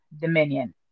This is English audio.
dominion